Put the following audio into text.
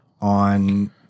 on